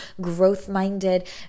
growth-minded